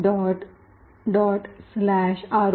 ROPtesttut2 python ROPgadget